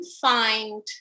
find